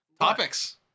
topics